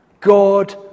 God